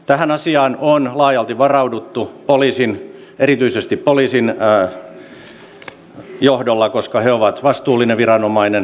tähän asiaan on laajalti varauduttu erityisesti poliisin johdolla koska poliisi on vastuullinen viranomainen